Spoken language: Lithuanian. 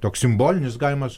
toks simbolinis galimas